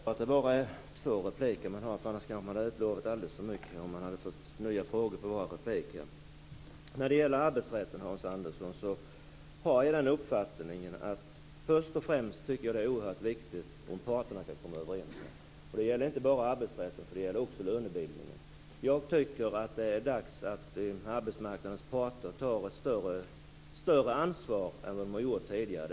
Herr talman! Det är tur att man bara har rätt till två repliker, annars kan man utlova alldeles för mycket om man får nya frågor för var replik. Min uppfattning om arbetsrätten, Hans Andersson, är att det först och främst är oerhört viktigt att parterna kan komma överens. Det gäller inte bara arbetsrätten, utan det gäller också lönebildningen. Det är dags att arbetsmarknadens parter tar större ansvar än de har gjort tidigare.